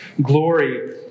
glory